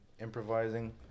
Improvising